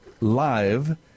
Live